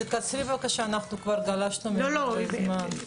תקצרי בבקשה, אנחנו כבר גלשנו מעבר לזמן.